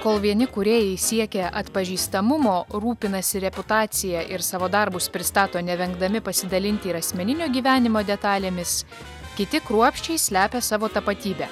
kol vieni kūrėjai siekia atpažįstamumo rūpinasi reputacija ir savo darbus pristato nevengdami pasidalinti ir asmeninio gyvenimo detalėmis kiti kruopščiai slepia savo tapatybę